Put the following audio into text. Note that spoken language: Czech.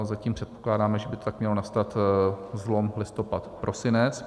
Zatím předpokládáme, že by tak mělo nastat zlom listopad, prosinec.